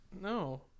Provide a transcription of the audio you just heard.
no